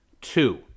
Two